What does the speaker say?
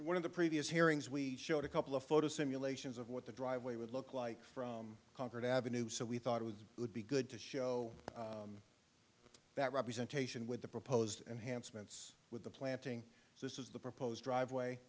one of the previous hearings we showed a couple of photo simulations of what the driveway would look like from concord avenue so we thought it was would be good to show that representation with the proposed and handsome and with the planting this is the proposed driveway